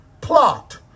plot